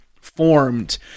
formed